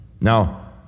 now